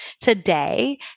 today